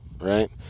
right